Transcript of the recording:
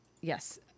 Yes